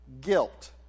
guilt